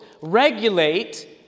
regulate